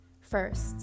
First